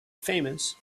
famous